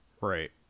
Right